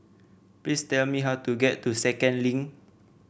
please tell me how to get to Second Link